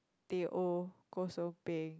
Teh O kosong peng